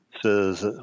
says